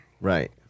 Right